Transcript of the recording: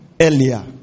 earlier